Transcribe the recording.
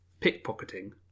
pickpocketing